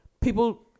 people